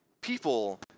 People